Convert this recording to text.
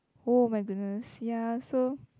oh my goodness ya so